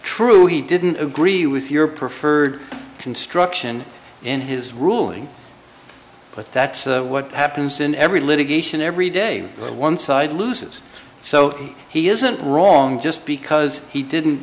he didn't agree with your preferred construction in his ruling but that's what happens in every litigation every day when one side loses so he isn't wrong just because he didn't